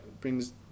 brings